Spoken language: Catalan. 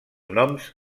noms